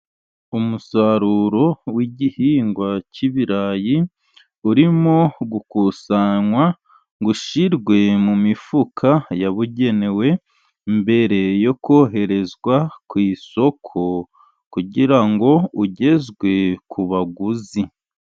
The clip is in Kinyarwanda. Umusaruro w'igihingwa cy'ibirayi , urimo gukusanywa ngo ushirwe mu mifuka yabugenewe, mbere yo koherezwa ku isoko, kugira ngo ugezwe ku baguzi.